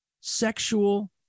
sexual